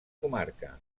comarca